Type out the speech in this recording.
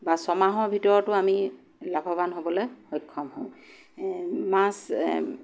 বা ছয়মাহৰ ভিতৰতো আমি লাভবান হ'বলৈ সক্ষম হওঁ মাছ